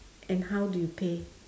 and how do you pay